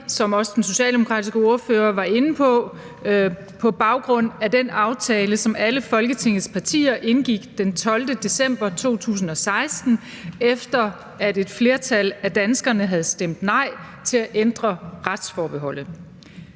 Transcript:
som også den socialdemokratiske ordfører var inde på, på baggrund af den aftale, som alle Folketingets partier indgik den 12. december 2016, efter at et flertal af danskerne havde stemt nej til at ændre retsforbeholdet.